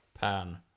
pan